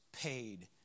paid